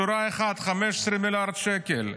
שורה אחת, 15 מיליארד שקל.